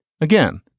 Again